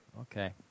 Okay